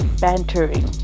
bantering